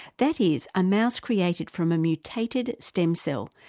that is, a mouse created from a mutated stem cell,